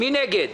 מי נגד?